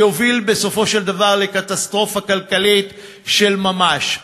שיביא בסופו של דבר לקטסטרופה כלכלית של ממש.